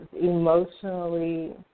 emotionally